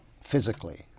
physically